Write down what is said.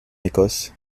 écosse